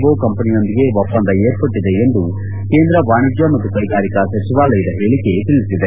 ಓ ಕಂಪನಿಯೊಂದಿಗೆ ಒಪ್ಪಂದ ಏರ್ಪಟ್ಟಿದೆ ಎಂದು ಕೇಂದ್ರ ವಾಣಿಜ್ಯ ಮತ್ತು ಕೈಗಾರಿಕಾ ಸಚಿವಾಲಯದ ಹೇಳಕೆ ತಿಳಿಸಿದೆ